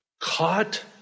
Caught